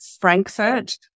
Frankfurt